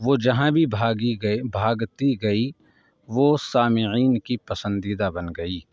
وہ جہاں بھی بھاگی گئے بھاگتی گئی وہ سامعین کی پسندیدہ بن گئی